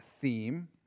theme